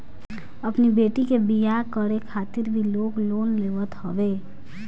अपनी बेटी के बियाह करे खातिर भी लोग लोन लेत हवे